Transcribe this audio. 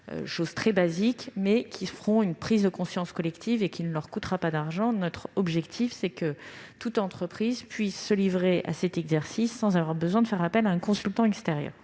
données très basiques ; cela suscitera une prise de conscience collective sans coûter d'argent. Notre objectif est que toute entreprise puisse se livrer à cet exercice sans avoir besoin de faire appel à un consultant extérieur.